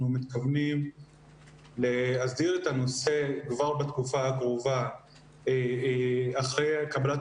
מתכוונים להסדיר את הנושא כבר בתקופה הקרובה אחרי קבלת